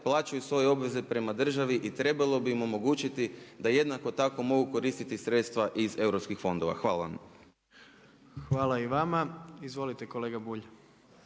plaćaju svoje obveze prema državi i trebalo bi im omogućiti da jednako tako mogu koristiti sredstva iz EU fondova. Hvala vam. **Jandroković, Gordan